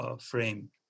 frame